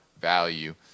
value